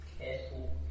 Careful